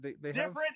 Different